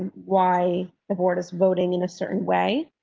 why the board is voting in a certain way.